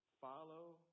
Follow